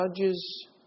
judges